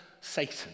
Satan